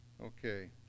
Okay